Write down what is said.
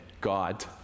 God